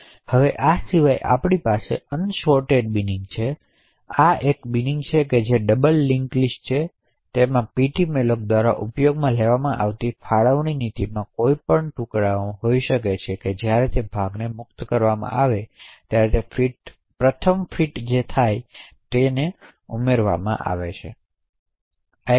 હવે આ સિવાય આપણી પાસે અનસોરર્ટડ બિનિંગ છે તેથી આ એક બિનિંગ છે જે ડબલ લિંક્સ લિસ્ટ છે કે તેમાં ptmalloc દ્વારા ઉપયોગમાં લેવામાં આવતી ફાળવણી નીતિમાં કોઈપણ ટુકડાઓ હોઈ શકે છે જ્યારે ભાગને મુક્ત કરવામાં આવે ત્યારે ફિટ થાય છે તે પ્રથમ અહીં ઉમેરવામાં આવે છે